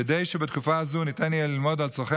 כדי שבתקופה הזו ניתן יהיה ללמוד על צורכי